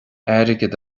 airgead